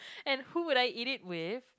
and who would I eat it with